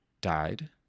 died